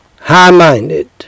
high-minded